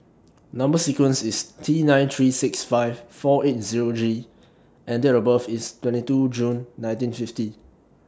Number sequence IS T nine three six five four eight Zero G and Date of birth IS twenty two June nineteen fifty